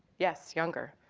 yes, younger.